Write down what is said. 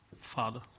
Father